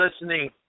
listening